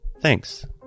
thanks